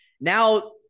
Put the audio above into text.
Now